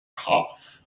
half